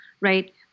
right